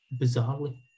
bizarrely